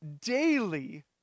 daily